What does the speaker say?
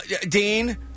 Dean